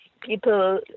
people